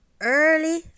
early